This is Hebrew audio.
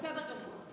בסדר גמור.